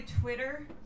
Twitter